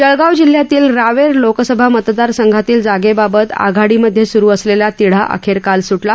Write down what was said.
जळगाव जिल्ह्यातील रावेर लोकसभा मतदार संघातील जागेबाबत आघाडी मध्ये सुरु असलेला तिढा अखेर काल सुटला